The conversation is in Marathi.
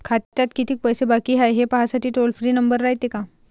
खात्यात कितीक पैसे बाकी हाय, हे पाहासाठी टोल फ्री नंबर रायते का?